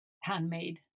handmade